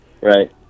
right